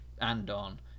Andon